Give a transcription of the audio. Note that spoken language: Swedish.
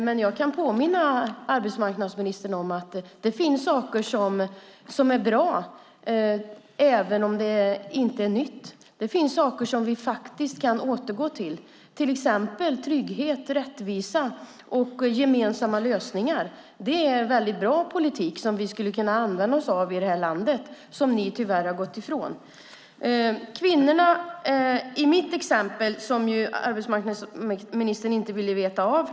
Men jag kan påminna arbetsmarknadsministern om att det finns saker som är bra, även om de inte är nya. Det finns saker som vi faktiskt kan återgå till, till exempel trygghet, rättvisa och gemensamma lösningar. Det är en väldigt bra politik som vi skulle kunna använda oss av i det här landet och som ni tyvärr har gått ifrån. Kvinnorna i mitt exempel ville arbetsmarknadsministern inte veta av.